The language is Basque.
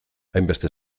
hainbeste